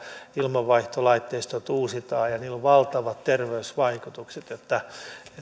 ilmanvaihtolaitteistot uusitaan ja niillä on valtavat terveysvaikutukset